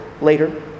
later